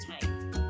time